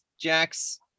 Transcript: Jax